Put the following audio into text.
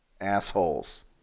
assholes